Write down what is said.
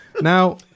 Now